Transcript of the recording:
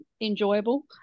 enjoyable